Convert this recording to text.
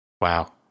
Wow